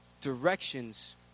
directions